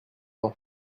ans